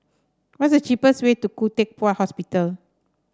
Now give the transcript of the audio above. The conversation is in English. what is the cheapest way to Khoo Teck Puat Hospital